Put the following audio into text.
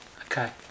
Okay